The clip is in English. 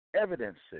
evidences